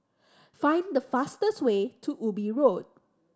find the fastest way to Ubi Road